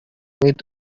with